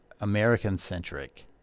American-centric